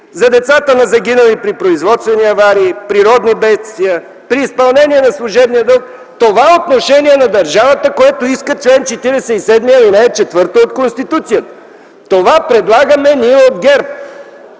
за децата на загинали при производствени аварии, природни бедствия, при изпълнение на служебния дълг ...”– това е отношение на държавата, което иска чл. 47, ал. 4 от Конституцията, това предлагаме ние от ГЕРБ.